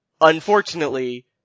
Unfortunately